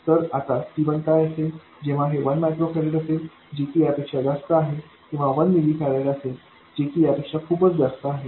तर आता C1काय असेल जेव्हा हे 1 मायक्रो फॅरड असेल जे की यापेक्षा जास्त आहे किंवा 1 मिलि फॅरड असेल जे की यापेक्षा खूपच जास्त आहे